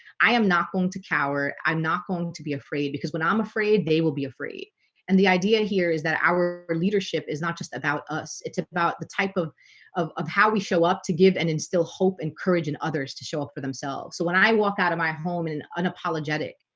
i am not going to cower i'm not going to be afraid because when i'm afraid they will be afraid and the idea here. is that our our leadership is not just about us it's about the type of of of how we show up to give and instill hope and courage and others to show up for themselves so when i walk out of my home and unapologetic,